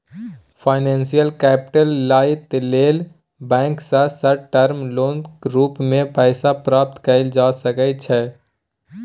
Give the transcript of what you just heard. financial capital लइ लेल bank सँ शार्ट टर्म लोनक रूप मे पैसा प्राप्त कएल जा सकइ छै